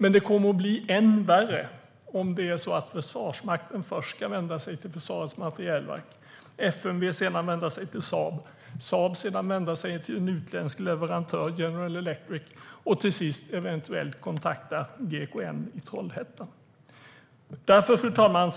Men det kommer att bli än värre om det är så att Försvarsmakten först ska vända sig till Försvarets materielverk, FMV, som sedan ska vända sig till Saab, som i sin tur ska vända sig till en utländsk leverantör, General Electric, för att man till sist eventuellt ska kontakta GKN i Trollhättan. Därför, fru talman,